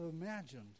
imagined